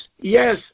Yes